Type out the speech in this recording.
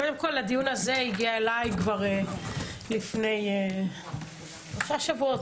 קודם כל הדיון הזה הגיע אליי כבר לפני שלושה שבועות,